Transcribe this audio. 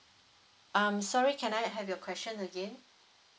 um sorry can I have your question again